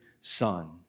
son